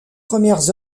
premières